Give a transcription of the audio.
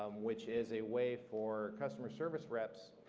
um which is a way for customer service reps,